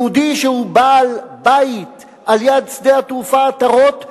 יהודי שהוא בעל בית על-יד שדה התעופה עטרות,